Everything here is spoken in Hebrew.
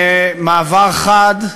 במעבר חד,